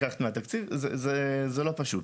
לקחת מהתקציב, זה לא פשוט.